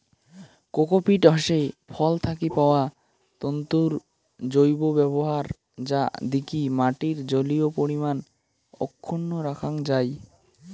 cocopeat হসে ফল থাকি পাওয়া তন্তুর জৈব ব্যবহার যা দিকি মাটির জলীয় পরিমান অক্ষুন্ন রাখাং যাই